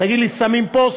תגיד לי: שמים פה,